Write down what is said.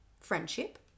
friendship